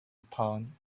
upon